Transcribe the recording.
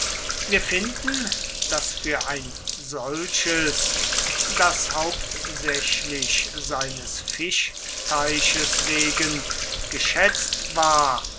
wir finden daß für ein solches das hauptsächlich seines fischteiches wegen geschätzt war